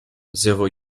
zéro